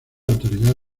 autoridad